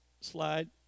slide